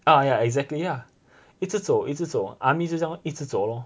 ya ya exactly yeah 一直走一直走 army 就这样 lor 一直走 lor